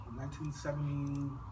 1970